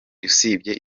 usibye